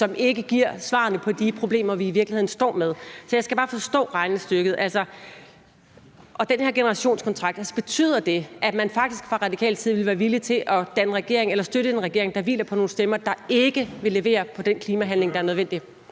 som ikke giver svarene på de problemer, vi i virkeligheden står med. Så jeg skal bare forstå regnestykket og det med den her generationskontrakt. Altså, betyder det, at man faktisk fra radikal side vil være villig til at danne regering eller støtte en regering, der hviler på nogle stemmer, der ikke vil levere på den klimahandling, der er nødvendig?